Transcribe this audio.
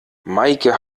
meike